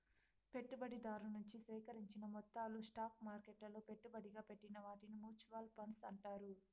పెట్టుబడిదారు నుంచి సేకరించిన మొత్తాలు స్టాక్ మార్కెట్లలో పెట్టుబడిగా పెట్టిన వాటిని మూచువాల్ ఫండ్స్ అంటారు